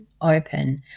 open